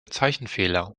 zeichenfehler